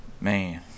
Man